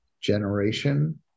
generation